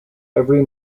every